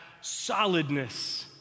solidness